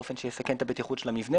באופן שיסכן את הבטיחות של המבנה,